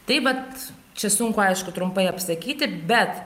tai vat čia sunku aišku trumpai apsakyti bet